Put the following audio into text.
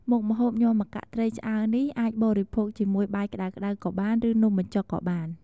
មុខម្ហូបញាំម្កាក់ត្រីឆ្អើរនេះ អាចបរិភោគជាមួយបាយក្តៅៗក៏បាន ឬនំបញ្ចុកក៏បាន។